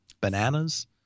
Bananas